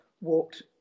walked